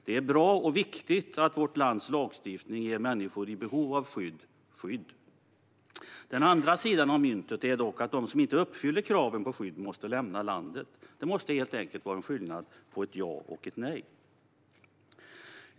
Det är bra och viktigt att vårt lands lagstiftning ger skydd till människor som är i behov av skydd. Den andra sidan av myntet är dock att de som inte uppfyller kraven på skydd måste lämna landet. Det måste helt enkelt vara en skillnad på ett ja och ett nej.